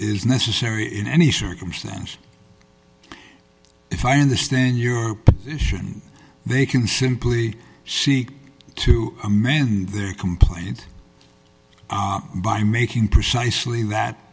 is necessary in any circumstance if i understand your position they can simply seek to amend their complaint by making precisely that